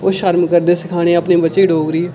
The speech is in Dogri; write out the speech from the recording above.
ओह् शर्म करदे सखाने अपने बच्चें गी डोगरी